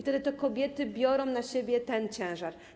Wtedy to kobiety biorą na siebie ten ciężar.